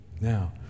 Now